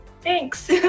Thanks